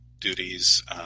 duties